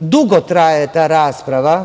Dugo traje ta rasprava